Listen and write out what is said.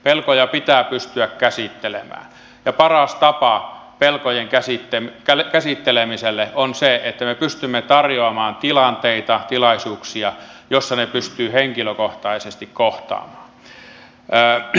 pelkoja pitää pystyä käsittelemään ja paras tapa pelkojen käsittelemiseen on se että me pystymme tarjoamaan tilanteita tilaisuuksia joissa ne pystyy henkilökohtaisesti kohtaamaan